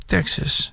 Texas